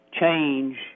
change